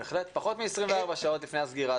בהחלט, פחות מ-24 שעות לפני הסגירה.